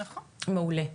מעולה.